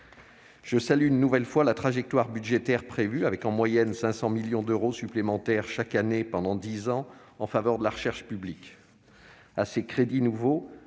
Je salue une nouvelle fois la trajectoire budgétaire prévue, avec en moyenne 500 millions d'euros supplémentaires chaque année pendant dix ans en faveur de la recherche publique. À ces crédits nouveaux